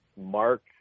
Mark